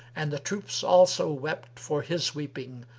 and the troops also wept for his weeping,